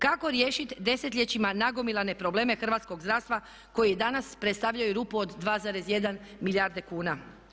Kako riješiti desetljećima nagomilane probleme hrvatskog zdravstva koji i danas predstavljaju rupu od 2,1 milijarde kuna.